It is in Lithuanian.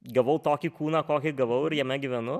gavau tokį kūną kokį gavau ir jame gyvenu